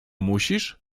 musisz